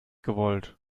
gewollt